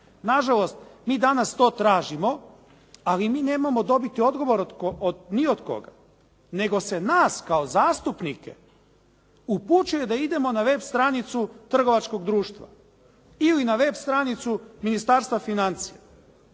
Na žalost mi danas to tražimo, ali mi ne možemo dobiti odgovor ni od koga. Nego se nas kao zastupnike upućuje da idemo na web stranicu trgovačkog društva ili na web stranicu Ministarstva financija.